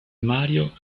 mario